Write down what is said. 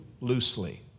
loosely